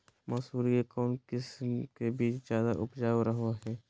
मसूरी के कौन किस्म के बीच ज्यादा उपजाऊ रहो हय?